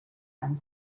and